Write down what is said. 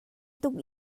tuk